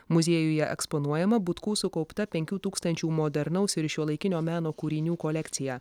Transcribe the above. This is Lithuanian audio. muziejuje eksponuojama butkų sukaupta penkių tūkstančių modernaus ir šiuolaikinio meno kūrinių kolekcija